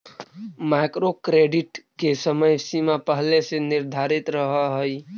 micro credit के समय सीमा पहिले से निर्धारित रहऽ हई